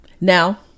Now